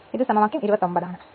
ഇത് സമവാക്യം 29 ആണ്